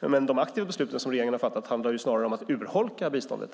Men de aktiva besluten som regeringen har fattat handlar snarare om att urholka biståndet.